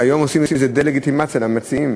והיום עושים על זה דה-לגיטימציה למציעים,